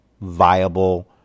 viable